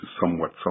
somewhat